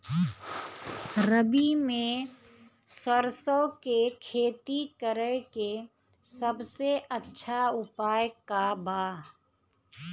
रबी में सरसो के खेती करे के सबसे अच्छा उपाय का बा?